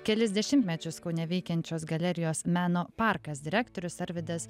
kelis dešimtmečius kaune veikiančios galerijos meno parkas direktorius arvydas